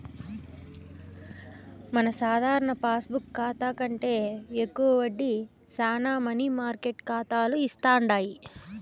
మన సాధారణ పాస్బుక్ కాతా కంటే ఎక్కువ వడ్డీ శానా మనీ మార్కెట్ కాతాలు ఇస్తుండాయి